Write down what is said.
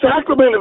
sacrament